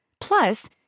Plus